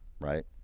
right